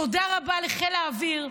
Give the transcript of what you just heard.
תודה רבה לחיל האוויר,